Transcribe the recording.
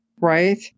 Right